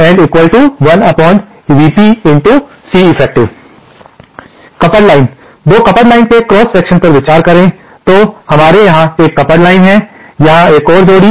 coupled line 2 coupled lines के cross section पर विचार करें तो हमारे यहाँ एक कपल्ड लाइन हैं यहाँ एक और जोड़ी